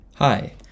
Hi